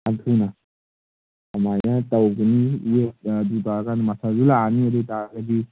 ꯌꯥꯝ ꯊꯨꯅ ꯀꯃꯥꯏꯅ ꯇꯧꯒꯅꯤ ꯋꯦꯠ ꯑꯗꯨ ꯇꯧꯔꯀꯥꯟ ꯃꯁꯜꯗ ꯂꯥꯛꯑꯅꯤ ꯑꯗꯨ ꯑꯣꯏꯇꯥꯔꯒꯗꯤ